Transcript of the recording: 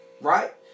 Right